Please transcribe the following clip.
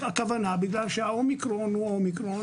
הכוונה היא שבגלל שזן האומיקרון הוא אומיקרון